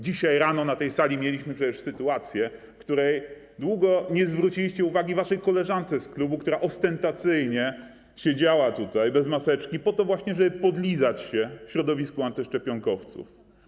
Dzisiaj rano na tej sali mieliśmy przecież sytuację, w której długo nie zwróciliście uwagi waszej koleżance z klubu, która ostentacyjnie siedziała tutaj bez maseczki, po to właśnie żeby podlizać się środowisku antyszczepionkowców.